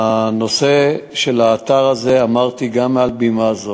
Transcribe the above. הנושא של האתר הזה, אמרתי גם מעל הבימה הזאת,